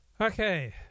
Okay